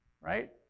right